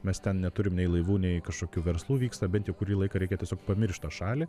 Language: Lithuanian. mes ten neturim nei laivų nei kažkokių verslų vyksta bent jau kurį laiką reikia tiesiog pamiršt tą šalį